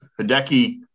Hideki –